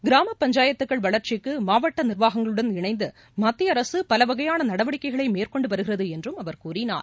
கிராம பஞ்சாயத்துக்கள் வளர்ச்சிக்கு மாவட்ட நிர்வாகங்களுடன் இணைந்து மத்திய அரசு பல வகையான நடவடிக்கைகளை மேற்கொண்டு வருகிறது என்றும் அவர் கூறினார்